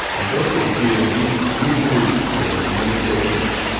and that could be a big good news for many patients.